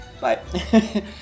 Bye